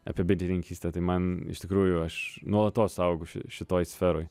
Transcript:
apie bitininkystę tai man iš tikrųjų aš nuolatos augu ši šitoj sferoj